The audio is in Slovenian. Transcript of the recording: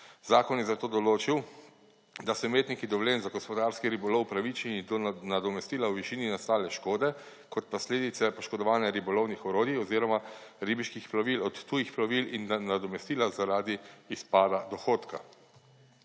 Zakon je zato določil, da so imetniki dovoljenj za gospodarski ribolov upravičeni do nadomestila v višini nastale škode kot posledice poškodovanih ribolovnih orodij oziroma ribiških plovil od tujih plovil in do nadomestila zaradi izpada dohodka.